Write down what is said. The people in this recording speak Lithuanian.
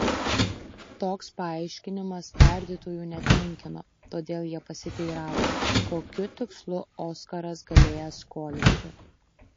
toks paaiškinimas tardytojų netenkino todėl jie pasiteiravo kokiu tikslu oskaras galėjęs skolinti